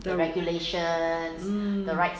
mmhmm